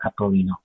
Capolino